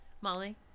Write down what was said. Molly